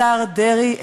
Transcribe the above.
השר דרעי,